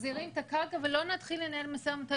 מחזירים את הקרקע ולא נתחיל לנהל משא ומתן.